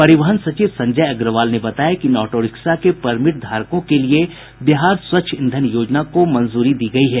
परिवहन सचिव संजय अग्रवाल ने बताया कि इन ऑटोरिक्शा के परमिट धारकों के लिये बिहार स्वच्छ ईंधन योजना को मंजूरी दी गयी है